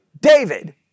David